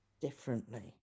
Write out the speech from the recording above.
differently